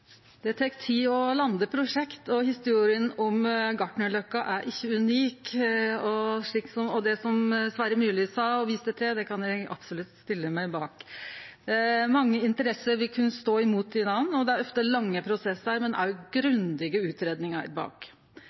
Det tek tid å lande prosjekt, og historia om Gartnerløkka er ikkje unik. Det som Sverre Myrli sa og viste til, kan eg absolutt stille meg bak. Mange interesser vil kunne stå imot kvarandre, og det er ofte lange prosessar, men òg grundige utgreiingar bak.